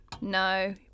No